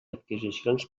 adquisicions